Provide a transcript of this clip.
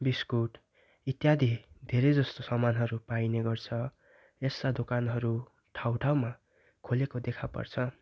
biscuit इत्यादि धेरै जस्तो सामनहरू पाइने गर्छ यस्ता दोकानहरू ठाँउ ठाँउमा खोलेको देखा पर्छ